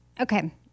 Okay